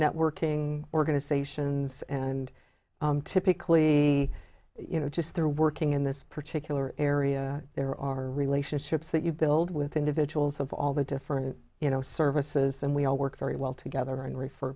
networking organizations and typically you know just they're working in this particular area there are relationships that you build with individuals of all the different you know services and we all work very well together and refer